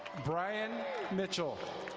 bryan mitchell.